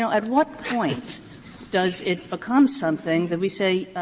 so at what point does it become something that we say,